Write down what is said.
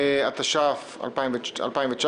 התש"ף-2019.